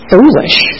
Foolish